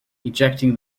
ejecting